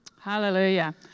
Hallelujah